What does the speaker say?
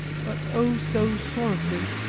but oh! so sorrowfully,